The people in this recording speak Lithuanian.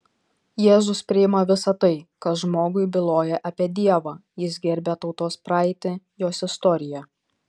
jėzus priima visa tai kas žmogui byloja apie dievą jis gerbia tautos praeitį jos istoriją